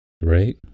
Right